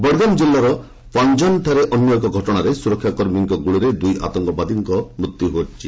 ବଡ଼ଗାମ୍ ଜିଲ୍ଲାର ପାନଜାନଠାରେ ଅନ୍ୟ ଏକ ଘଟଣାରେ ସୁରକ୍ଷା କର୍ମୀଙ୍କ ଗୁଳିରେ ଦୁଇ ଆତଙ୍କବାଦୀଙ୍କ ମୃତ୍ୟୁ ହୋଇଛି